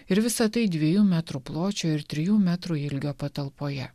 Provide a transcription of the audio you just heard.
ir visa tai dviejų metrų pločio ir trijų metrų ilgio patalpoje